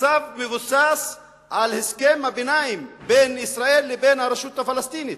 הצו מבוסס על הסכם הביניים בין ישראל לבין הרשות הפלסטינית,